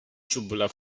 tubular